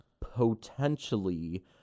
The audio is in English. potentially